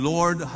Lord